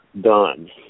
done